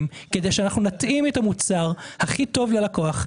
כדי שאנחנו נתאים את המוצר הכי טוב ללקוח,